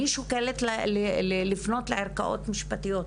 אני שוקלת לפנות לערכאות משפטיות.